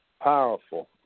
powerful